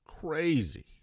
crazy